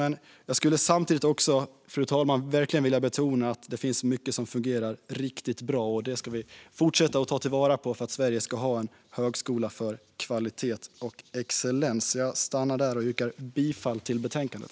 Men, fru talman, jag skulle samtidigt också verkligen vilja betona att det finns mycket som fungerar riktigt bra. Det ska vi fortsätta att ta till vara för att Sverige ska ha en högskola för kvalitet och excellens. Jag yrkar bifall till utskottets förslag i betänkandet.